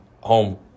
home